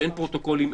שאין פרוטוקולים,